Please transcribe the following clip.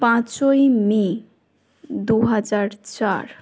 পাঁচই মে দু হাজার চার